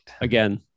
again